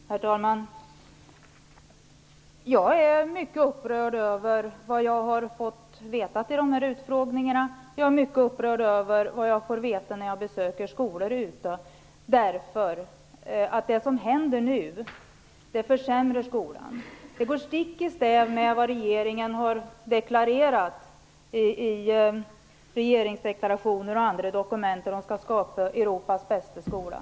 Herr talman! Jag är mycket upprörd över det som jag fått reda på genom utfrågningarna. Jag är också mycket upprörd över det som jag får veta när jag besöker skolor. Det som nu händer försämrar nämligen skolan. Det går stick i stäv med det som regeringen har deklarerat i regeringsdeklarationer och i andra dokument. Regeringen skall ju skapa Europas bästa skola.